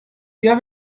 بیا